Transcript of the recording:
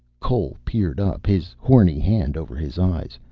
cole peered up, his horny hand over his eyes.